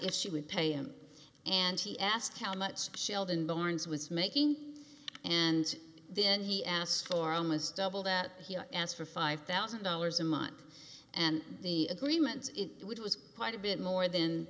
if she would pay him and he asked how much sheldon barnes was making and then he asked for almost double that he asked for five thousand dollars a month and the agreement it was quite a bit more